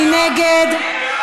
מי נגד?